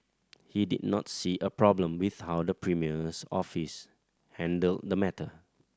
he did not see a problem with how the premier's office handled the matter